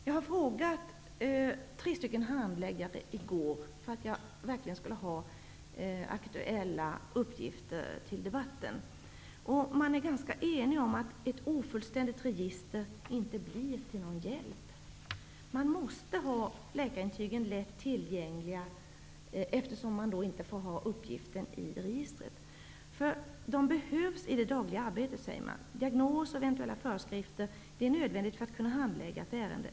Jag frågade i går tre handläggare, för att jag skulle ha aktuella uppgifter till debatten. De var ganska eniga om att ett ofullständigt register inte blir till någon hjälp. Läkarintygen måste finnas lättillgängliga, eftersom man inte får ha uppgiften i registret. De behövs i det dagliga arbetet. Uppgifter om diagnos och eventuella föreskrifter är nödvändiga för att kunna handlägga ett ärende.